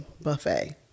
buffet